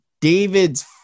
David's